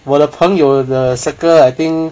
我的朋友 the circle I think